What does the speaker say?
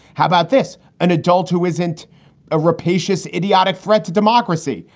how about this? an adult who isn't a rapacious, idiotic threat to democracy.